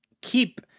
keep